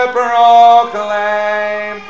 proclaim